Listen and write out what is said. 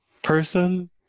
person